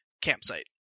campsite